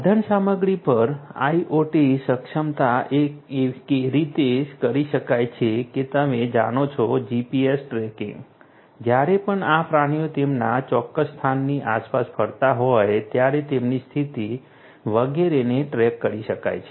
સાધનસામગ્રી પર IoT સક્ષમતા એ રીતે કરી શકાય છે કે તમે જાણો છો GPS ટ્રેકિંગ જ્યારે પણ આ પ્રાણીઓ તેમના ચોક્કસ સ્થાનની આસપાસ ફરતા હોય ત્યારે તેમની સ્થિતિ વગેરેને ટ્રેક કરી શકાય છે